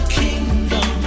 kingdom